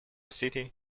city